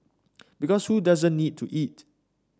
because who doesn't need to eat